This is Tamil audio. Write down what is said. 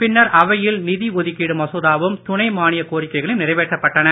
பின்னர் அவையில் நிதி ஒதுக்கீடு மசோதாவும் துணை மானியக் கோரிக்கைகளும் நிறைவேற்றப்பட்டன